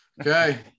Okay